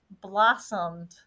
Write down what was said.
blossomed